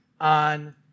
on